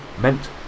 meant